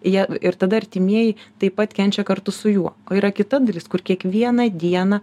jie ir tada artimieji taip pat kenčia kartu su juo o yra kita dalis kur kiekvieną dieną